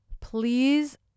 please